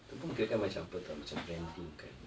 tu pun kirakan macam apa [tau] macam branding kan